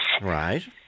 Right